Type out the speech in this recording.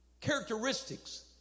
characteristics